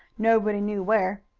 nobody knew where.